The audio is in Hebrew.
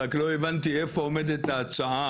רק לא הבנתי איפה עומדת ההצעה.